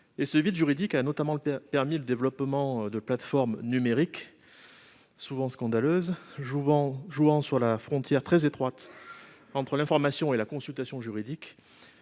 tel vide juridique a notamment permis le développement de plateformes numériques, souvent scandaleuses, qui jouent sur la frontière très étroite entre l'information et la consultation juridique,